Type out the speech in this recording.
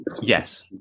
Yes